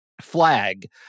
flag